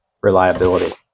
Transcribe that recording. reliability